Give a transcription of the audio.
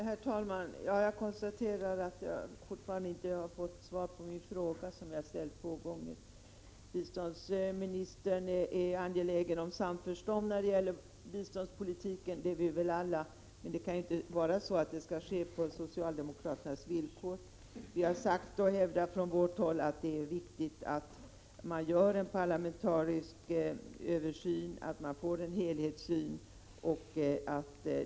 Herr talman! Jag konstaterar att jag fortfarande inte har fått något svar på min fråga, som jag har ställt två gånger. Biståndsministern är angelägen om samförstånd när det gäller biståndspolitiken. Det är vi väl alla. Det kan emellertid inte vara så att det skall ske på socialdemokraternas villkor. Från vårt håll har vi hävdat att det är viktigt att man gör en parlamentarisk översyn och att man får en helhetssyn.